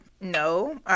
No